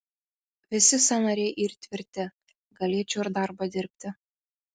visi sąnariai yr tvirti galėčiau ir darbą dirbti